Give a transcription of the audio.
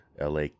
LA